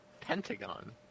Pentagon